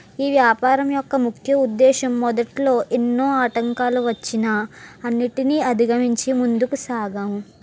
ఈ వ్యాపారం యొక్క ముఖ్య ఉద్దేశం మొదట్లో ఎన్నో ఆటంకాలు వచ్చినా అన్నిటినీ అధిగమించి ముందుకు సాగాము